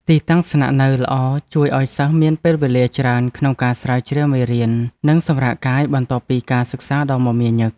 ទីតាំងស្នាក់នៅល្អជួយឱ្យសិស្សមានពេលវេលាច្រើនក្នុងការស្រាវជ្រាវមេរៀន និងសម្រាកកាយបន្ទាប់ពីការសិក្សាដ៏មមាញឹក។